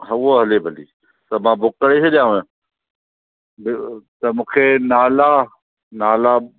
हा उहो हले भली त मां बुक करे छॾियांव त मूंखे नाला नाला